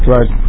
Right